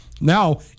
Now